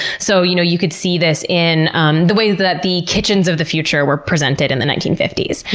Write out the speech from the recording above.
so you know you could see this in um the ways that the kitchens of the future were presented in the nineteen fifty s,